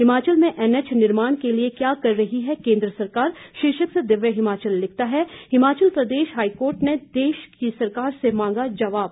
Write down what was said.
हिमाचल में एनएच निर्माण के लिए क्या कर रही केंद्र सरकार शीर्षक से दिव्य हिमाचल लिखता है हिमाचल प्रदेश हाईकोर्ट ने देश की सरकार से मांगा जवाब